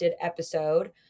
episode